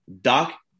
Doc